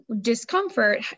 discomfort